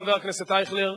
חבר הכנסת ישראל אייכלר,